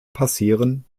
passieren